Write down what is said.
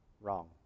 Wrong